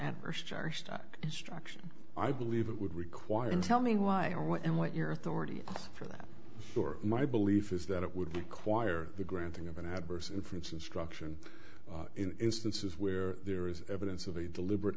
adverse charge back instruction i believe it would require and tell me why or when and what your authority for that my belief is that it would require the granting of an adverse inference instruction in instances where there is evidence of a deliberate